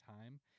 time